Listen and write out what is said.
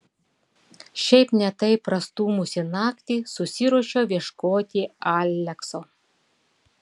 šiaip ne taip prastūmusi naktį susiruošiau ieškoti alekso